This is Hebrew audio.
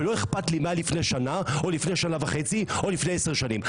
ולא אכפת לי מה היה לפני שנה או לפני שנה וחצי או לפני עשר שנים.